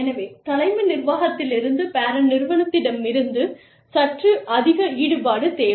எனவே தலைமை நிர்வாகத்திலிருந்து பேரண்ட் நிறுவனத்திடமிருந்து சற்று அதிக ஈடுபாடுத் தேவை